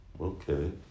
Okay